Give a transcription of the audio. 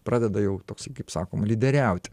pradeda jau toks kaip sakoma lyderiauti